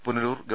പുനലൂർ ഗവ